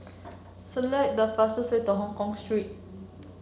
select the fastest way to Hongkong Street